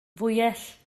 fwyell